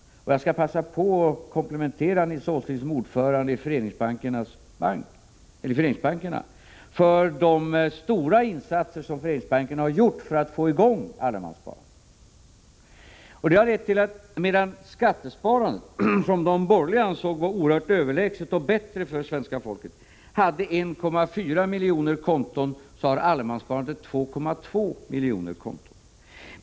Jag skall passa på tillfället att komplimentera Nils Åsling i hans egenskap av ordförande i Föreningsbankernas bank för de stora insatser som Föreningsbankerna har gjort för att få i gång allemanssparandet. Det har lett till att medan skattesparandet— som de borgerliga ansåg vara oerhört överlägset och bra för svenska folket — hade 1,4 miljoner konton har allemanssparandet 2,2 miljoner konton.